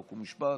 חוק ומשפט,